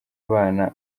abana